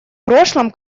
прошлом